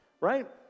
right